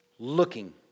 Looking